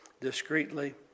discreetly